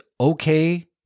okay